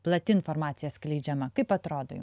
plati informacija skleidžiama kaip atrodo jum